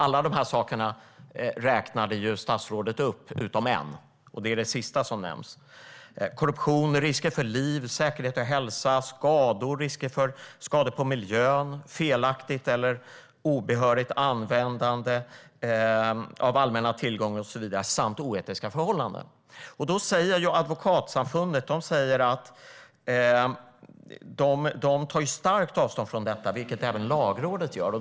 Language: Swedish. Alla de här sakerna räknade statsrådet upp utom en, och det är den sista som nämns: korruption med risk för liv, säkerhet och hälsa, skador på miljön, felaktigt eller obehörigt användande av allmänna tillgångar samt oetiska förhållanden. Advokatsamfundet tar starkt avstånd från detta, vilket även Lagrådet gör.